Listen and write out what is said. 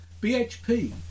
BHP